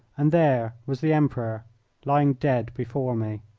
and there was the emperor lying dead before me.